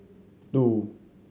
two